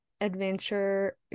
adventure